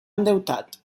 endeutat